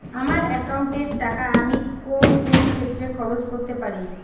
আমার একাউন্ট এর টাকা আমি কোন কোন ক্ষেত্রে খরচ করতে পারি?